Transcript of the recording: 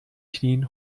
knien